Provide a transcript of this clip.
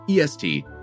EST